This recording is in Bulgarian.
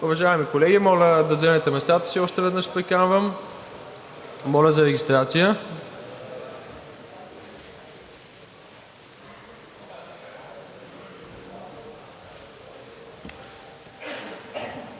Уважаеми колеги, моля да заемете местата си, още веднъж приканвам. Моля за регистрация.